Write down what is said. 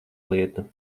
lieta